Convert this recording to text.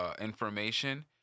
information